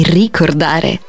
ricordare